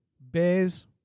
bears